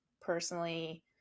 personally